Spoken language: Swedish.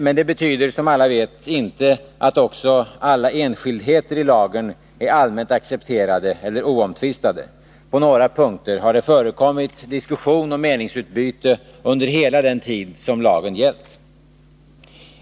Men det betyder, som alla vet, inte att också alla enskildheter i lagen är allmänt accepterade eller oomtvistade. På några punkter har det förekommit diskussion och meningsutbyte under hela den tid som lagen gällt.